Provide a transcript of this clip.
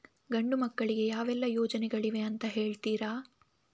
ಗಂಡು ಮಕ್ಕಳಿಗೆ ಯಾವೆಲ್ಲಾ ಯೋಜನೆಗಳಿವೆ ಅಂತ ಹೇಳ್ತೀರಾ?